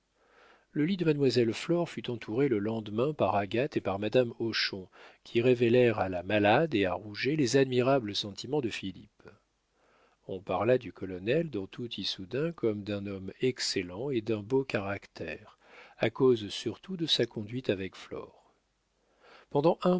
le lit de mademoiselle flore fut entouré le lendemain par agathe et par madame hochon qui révélèrent à la malade et à rouget les admirables sentiments de philippe on parla du colonel dans tout issoudun comme d'un homme excellent et d'un beau caractère à cause surtout de sa conduite avec flore pendant un